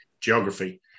geography